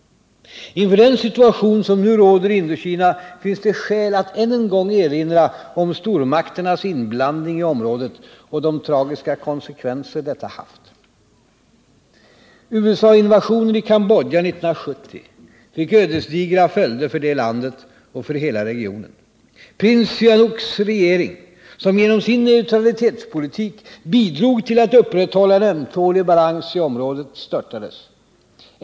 Inför den situation som nu råder i Indokina finns det skäl att än en gång erinra om stormakternas inblandning i området och de tragiska konsekvenser detta haft. USA-invasionen i Cambodja 1970 fick ödesdigra följder för det landet och för hela regionen. Prins Sihanouks regering, som genom sin neutralitetspolitik bidrog till att upprätthålla en ömtålig balans i området, störtades.